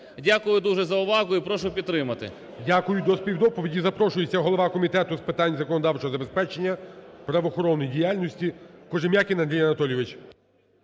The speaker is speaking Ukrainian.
Дякую дуже за увагу і прошу підтримати. ГОЛОВУЮЧИЙ. Дякую. До співдоповіді запрошується голова Комітету з питань законодавчого забезпечення правоохоронної діяльності Кожем'якін Андрій Анатолійович.